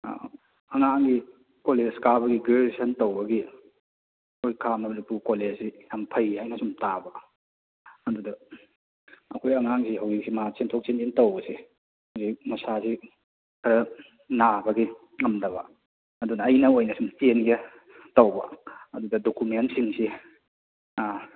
ꯑꯉꯥꯡꯒꯤ ꯀꯣꯂꯦꯖ ꯀꯥꯕꯒꯤ ꯒ꯭ꯔꯦꯖꯨꯑꯦꯁꯟ ꯇꯧꯕꯒꯤ ꯑꯩꯈꯣꯏ ꯈꯥ ꯃꯅꯤꯄꯨꯔ ꯀꯣꯂꯦꯖꯁꯤ ꯌꯥꯝ ꯐꯩ ꯍꯥꯏꯅ ꯁꯨꯝ ꯇꯥꯕ ꯑꯗꯨꯗ ꯑꯩꯈꯣꯏ ꯑꯉꯥꯡꯁꯦ ꯍꯧꯖꯤꯛꯁꯦ ꯃꯥ ꯆꯦꯟꯊꯣꯛ ꯆꯦꯟꯁꯤꯟ ꯇꯧꯕꯁꯦ ꯍꯧꯖꯤꯛ ꯃꯁꯥꯁꯤ ꯈꯔ ꯅꯥꯕꯒꯤ ꯉꯝꯗꯕ ꯑꯗꯨꯅ ꯑꯩꯅ ꯑꯣꯏꯅ ꯁꯨꯝ ꯆꯦꯟꯒꯦ ꯇꯧꯕ ꯑꯗꯨꯗ ꯗꯣꯀꯨꯃꯦꯟꯁꯤꯡꯁꯤ ꯑꯥ